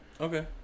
Okay